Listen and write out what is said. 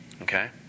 Okay